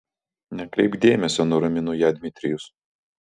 nekreipk dėmesio nuramino ją dmitrijus